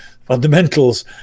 fundamentals